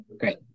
great